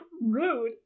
Rude